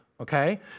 okay